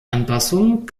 anpassung